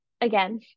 again